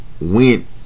went